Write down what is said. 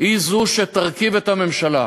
היא זו שתרכיב את הממשלה.